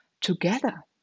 together